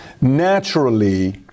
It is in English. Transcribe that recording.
Naturally